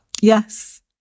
Yes